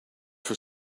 for